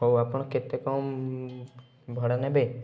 ହଉ ଆପଣ କେତେ କ'ଣ ଭଡ଼ା ନେବେ